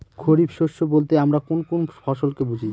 খরিফ শস্য বলতে আমরা কোন কোন ফসল কে বুঝি?